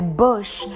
bush